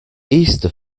easter